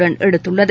run எடுத்துள்ளது